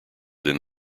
than